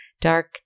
Dark